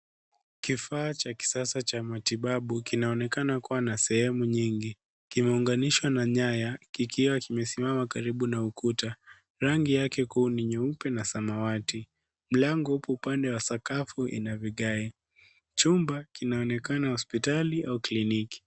Kifaa cha kisasa cha matibabu kinaonekana kuwa na sehemu nyingi kime unganishwa na nyaya kikiwa kime simama karibu na kuta, rangi yake ni nyeupe na samawati, mlango uko upande wa sakafu ina viage. Chumba kinaonekana hospitali au kliniki.